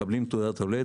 מקבלים תעודת עולה,